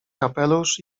kapelusz